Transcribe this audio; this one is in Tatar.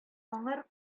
аңар